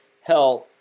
health